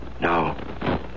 No